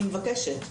אני מבקשת,